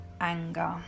anger